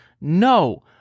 No